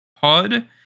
Pod